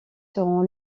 seront